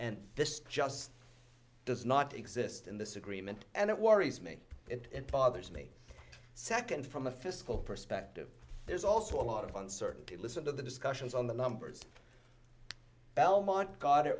and this just does not exist in this agreement and it worries me it bothers me second from a fiscal perspective there's also a lot of uncertainty listen to the discussions on the numbers belmont go